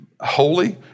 holy